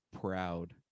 proud